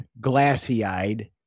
glassy-eyed